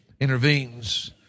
intervenes